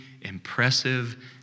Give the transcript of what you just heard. impressive